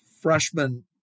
freshman